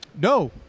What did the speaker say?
No